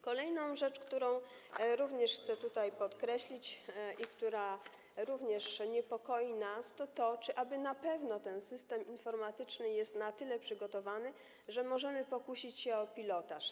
Kolejna rzecz, którą również chcę tutaj podkreślić i która również nas niepokoi, to to, czy aby na pewno ten system informatyczny jest na tyle przygotowany, że możemy pokusić się o pilotaż.